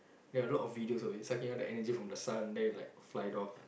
there're a lot of videos of it sucking out the energy from the sun then it like flied off